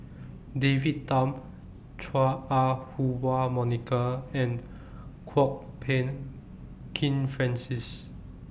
David Tham Chua Ah Huwa Monica and Kwok Peng Kin Francis